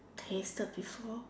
tasted before